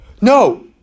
No